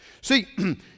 See